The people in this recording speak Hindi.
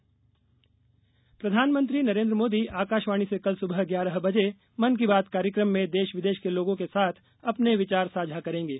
मन की बात प्रधानमंत्री नरेन्द्र मोदी आकाशवाणी से कल सुबह ग्यारह बजे मन की बात कार्यक्रम में देश विदेश के लोगों के साथ अपने विचार साझा करेंगे